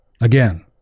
Again